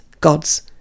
gods